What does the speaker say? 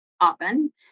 often